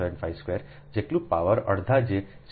75 square જેટલું power અડધા જે સ્ક્વેર રુટ છે તે 4